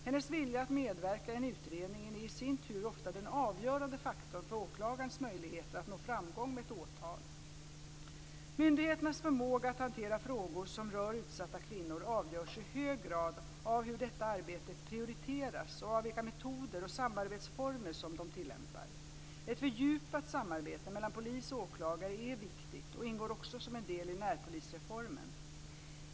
Hennes vilja att medverka i en utredning är i sin tur ofta den avgörande faktorn för åklagarens möjlighet att nå framgång med ett åtal. Myndigheternas förmåga att hantera frågor som rör utsatta kvinnor avgörs i hög grad av hur detta arbete prioriteras och av vilka metoder och samarbetsformer som de tillämpar. Ett fördjupat samarbete mellan polis och åklagare är viktigt och ingår också som en del i närpolisreformen.